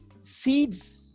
seeds